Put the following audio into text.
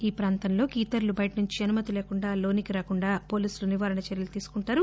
ఈ ప్రాంతంలోకి ఇతరులు బయట నుంచి అనుమతి లేకుండా లోనికి రాకుండా పోలీసులు నివారణ చర్యలు తీసుకుంటారు